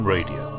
Radio